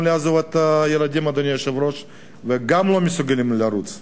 לעזוב את הילדים והם גם לא מסוגלים לרוץ.